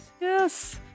yes